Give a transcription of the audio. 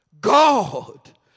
God